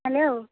hello